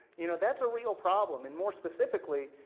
you know, that's a real problem, and more specifically,